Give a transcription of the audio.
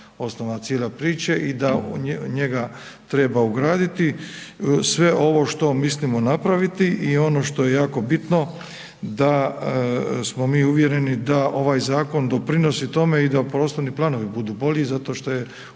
osnova cijele priče i da njega treba ugraditi sve ovo što mislimo napraviti i ono što je jako bitno, da smo mi uvjereni da ovaj zakon doprinosi tome i da prostorni planovi budu bolji zato što je